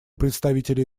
представителя